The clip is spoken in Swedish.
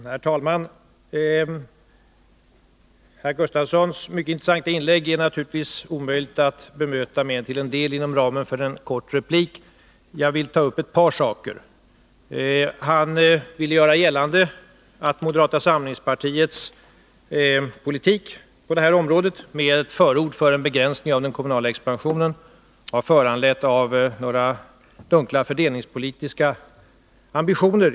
Herr talman! Det är naturligtvis omöjligt att inom ramen för en kort replik bemöta Hans Gustafssons mycket intressanta inlägg mer än till en del. Jag vill ta upp ett par saker. Hans Gustafsson vill göra gällande att moderata samlingspartiets politik på detta område — med ett förord för en begränsning av den kommunala expansionen — var föranledd av några dunkla fördelningspolitiska ambitioner.